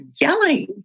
yelling